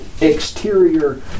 exterior